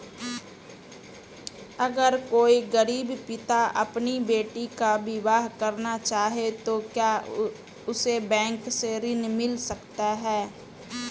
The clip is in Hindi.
अगर कोई गरीब पिता अपनी बेटी का विवाह करना चाहे तो क्या उसे बैंक से ऋण मिल सकता है?